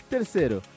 Terceiro